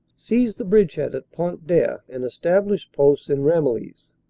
seized the bridgehead at pont d'aire and established posts in ramillies.